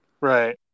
Right